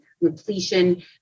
repletion